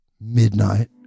Midnight